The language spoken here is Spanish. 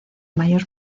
mayor